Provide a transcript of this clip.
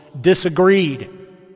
disagreed